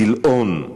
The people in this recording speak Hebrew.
גלאון,